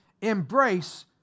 Embrace